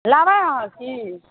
लेबै अहाँ की